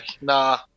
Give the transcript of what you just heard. nah